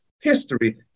history